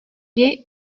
gai